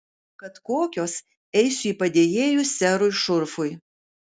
kad kokios eisiu į padėjėjus serui šurfui